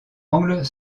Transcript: angles